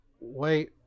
wait